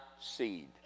seed